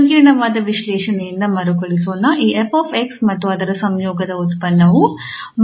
ಸಂಕೀರ್ಣವಾದ ವಿಶ್ಲೇಷಣೆಯಿಂದ ಮರುಕಳಿಸೋಣ ಈ 𝑓 𝑥 ಮತ್ತು ಅದರ ಸಂಯೋಗದ ಉತ್ಪನ್ನವು | |𝑓𝑥|2